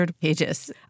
pages